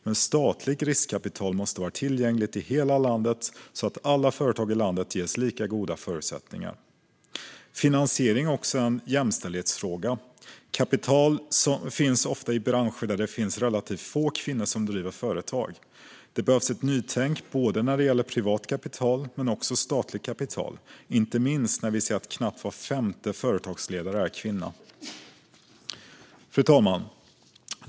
Men statligt riskkapital måste vara tillgängligt i hela landet så att alla företag i landet ges lika goda förutsättningar. Finansiering är också en jämställdhetsfråga. Kapital finns ofta i branscher där det finns relativt få kvinnor som driver företag. Det behövs ett nytänk, både när det gäller privat kapital och när det gäller statligt kapital - inte minst när vi ser att knappt var femte företagsledare är kvinna. Fru talman!